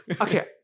okay